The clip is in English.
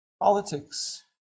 Politics